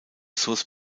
source